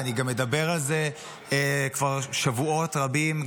ואני גם מדבר על זה כבר שבועות רבים,